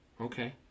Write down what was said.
Okay